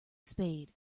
spade